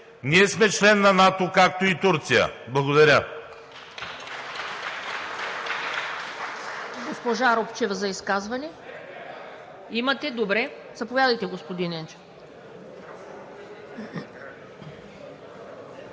Ние сме член на НАТО, както и Турция. Благодаря.